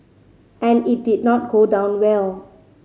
and it did not go down well